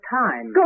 time